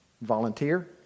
Volunteer